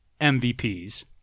MVPs